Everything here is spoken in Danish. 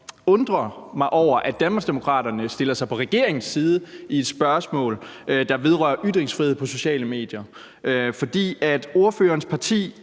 undre mig over, at Danmarksdemokraterne stiller sig på regeringens side i et spørgsmål, der vedrører ytringsfrihed på sociale medier. Ordførerens parti